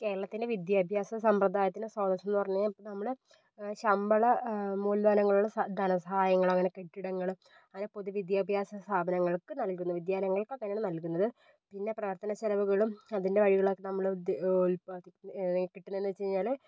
കേരളത്തിൻ്റെ വിദ്യാഭ്യാസ സമ്പ്രദായത്തിന് സംബന്ധിച്ചെന്ന് പറഞ്ഞാൽ നമ്മൾ ശമ്പള മൂലധനങ്ങളുടെ സ ധനസഹായങ്ങൾ അങ്ങനെ കെട്ടിടങ്ങൾ അങ്ങനെ പൊതു വിദ്യാഭ്യാസ സ്ഥാപനങ്ങൾക്ക് നൽകുന്നു വിദ്യാലയങ്ങൾക്ക് ഒക്കെയാണ് നൽകുന്നത് പിന്നെ പ്രവർത്തന ചിലവുകളും അതിൻ്റെ വഴികളൊക്കെ നമ്മൾ ഉത് ഉത്പാദിപ്പി കിട്ടമെന്ന് വെച്ച് കഴിഞ്ഞാൽ